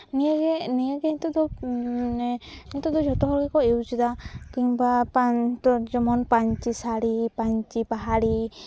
ᱱᱤᱭᱟᱹᱜᱮ ᱱᱚᱭᱟᱹᱜᱮ ᱱᱤᱛᱚᱜ ᱫᱚ ᱢᱟᱱᱮ ᱱᱤᱛᱚᱜ ᱫᱚ ᱡᱷᱚᱛᱚ ᱦᱚᱲ ᱜᱮᱠᱚ ᱭᱩᱡᱽᱫᱟ ᱡᱮᱢᱚᱱ ᱯᱟᱹᱧᱪᱤ ᱥᱟᱹᱲᱤ ᱯᱟᱹᱧᱪᱤ ᱯᱟᱦᱟᱲᱤ